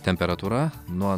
temperatūra nuo